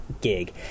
gig